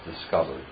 discovered